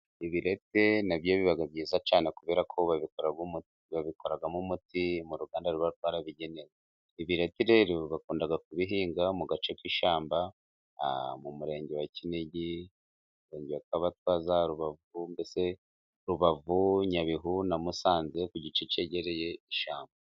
Ibireti na byo biba byiza cyane kuberako babikora babikoramo umuti mu ruganda ruba rwarabigenewe. Ibireti rero bakunda kubihinga mu gace k'ishyamba mu murenge wa Kinigi, umurenge wa Kabatwa za Rubavu, mbese Rubavu, Nyabihu na Musanze ku gice cyegereye ishyamba.